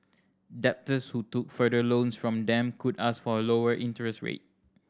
debtors who took further loans from them could ask for a lower interest rate